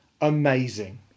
amazing